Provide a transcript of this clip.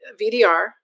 VDR